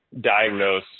diagnose